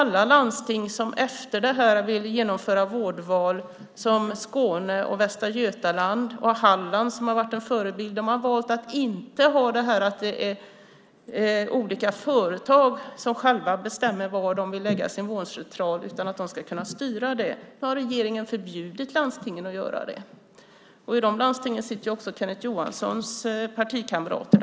Landstingen i Skåne, Västra Götaland och Halland, som har varit en förebild, har valt att inte låta olika företag själva bestämma var de vill lägga sin vårdcentral, utan de har sagt att de ska kunna styra det. Nu har regeringen förbjudit landstingen att göra så. I de landstingen sitter också Kenneth Johanssons partikamrater.